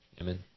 Amen